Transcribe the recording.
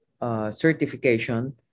certification